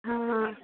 ହଁ ହଁ